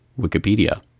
Wikipedia